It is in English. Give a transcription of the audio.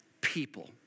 people